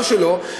לא שלו,